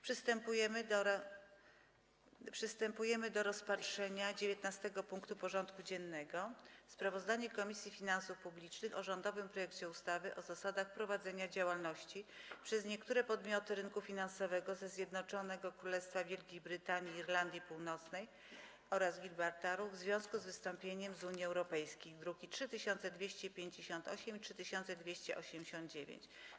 Przystępujemy do rozpatrzenia punktu 19. porządku dziennego: Sprawozdanie Komisji Finansów Publicznych o rządowym projekcie ustawy o zasadach prowadzenia działalności przez niektóre podmioty rynku finansowego ze Zjednoczonego Królestwa Wielkiej Brytanii i Irlandii Północnej oraz Gibraltaru w związku z wystąpieniem z Unii Europejskiej (druki nr 3258 i 3289)